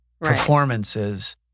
performances